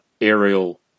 aerial